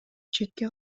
четке